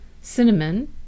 cinnamon